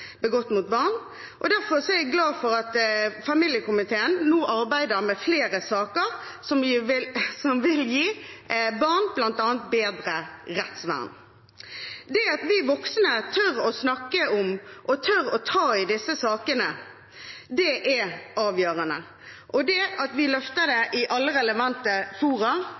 begått mot barn. Derfor er jeg glad for at familiekomiteen nå arbeider med flere saker som vil gi barn bl.a. bedre rettsvern. Det at vi voksne tør å snakke om og tør å ta i disse sakene, er avgjørende, og det er også vår plikt å løfte dem i alle relevante fora,